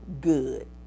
good